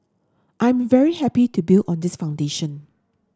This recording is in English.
I'm very happy to build on this foundation